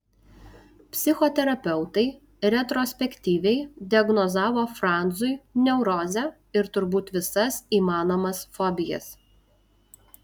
psichoterapeutai retrospektyviai diagnozavo franzui neurozę ir turbūt visas įmanomas fobijas